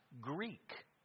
Greek